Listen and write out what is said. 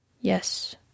Yes